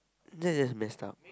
that is messed up